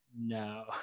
no